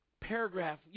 paragraph